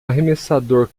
arremessador